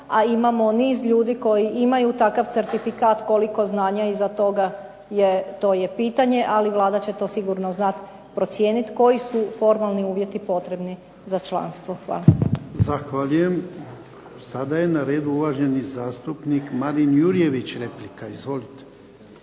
a imamo mnogo ljudi koji imaju taj certifikat, koliko znanja je iza toga to je pitanje ali Vlada će to sigurno znati procijeniti koji su formalni uvjeti potrebni za članstvo. Hvala lijepa. **Jarnjak, Ivan (HDZ)** Zahvaljujem. Sada je na redu uvaženi zastupnik Marin Jurjević,